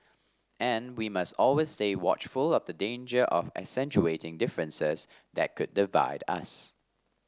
and we must always stay watchful of the danger of accentuating differences that could divide us